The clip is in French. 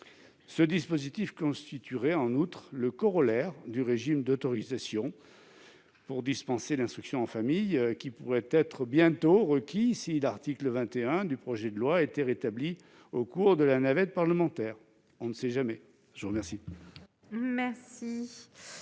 Ce dispositif constituerait, en outre, le corollaire du régime d'autorisation pour dispenser l'instruction en famille, qui pourrait être bientôt requis si l'article 21 du projet de loi était rétabli- sait-on jamais -au cours de la navette parlementaire. La parole est à M. Pierre